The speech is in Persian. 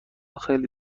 خیلی